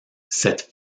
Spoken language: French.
cette